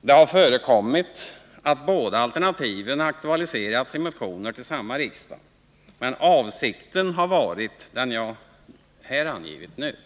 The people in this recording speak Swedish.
Det har förekommit att båda alternativen aktualiserats i motioner till samma riksdag, men avsikten har varit den jag här och nu angivit.